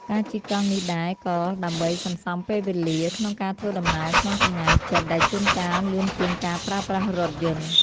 ការជិះកង់នេះដែរ ក៏ដើម្បីសន្សំពេលវេលាក្នុងការធ្វើដំណើរក្នុងចម្ងាយជិត ដែលជួនកាលលឿនជាងការប្រើប្រាស់រថយន្ត។